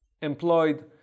employed